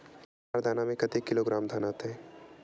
बार दाना में कतेक किलोग्राम धान आता हे?